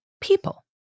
people